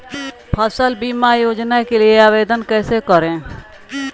फसल बीमा योजना के लिए आवेदन कैसे करें?